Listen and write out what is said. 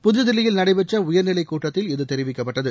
புதுதில்லியில் நடைபெற்ற உயர்நிலைக் கூட்டத்தில் இது தெரிவிக்கப்பட்டது